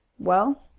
well?